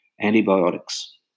Antibiotics